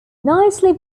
nightly